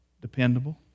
dependable